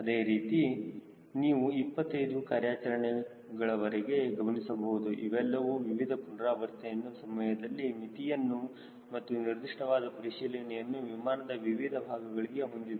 ಅದೇ ರೀತಿ ನೀವು 25 ಕಾರ್ಯಾಚರಣೆಗಳವರೆಗೆ ಗಮನಿಸಬಹುದು ಅವೆಲ್ಲವೂ ವಿವಿಧ ಪುನರಾವರ್ತನೆಯನ್ನು ಸಮಯದ ಮಿತಿಯನ್ನು ಮತ್ತು ನಿರ್ದಿಷ್ಟವಾದ ಪರಿಶೀಲನೆಯನ್ನು ವಿಮಾನದ ವಿವಿಧ ಭಾಗಗಳಿಗೆ ಹೊಂದಿದೆ